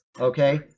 Okay